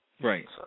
Right